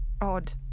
odd